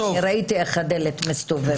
אני ראיתי איך הדלת מסתובבת.